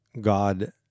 God